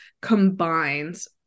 combines